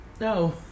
No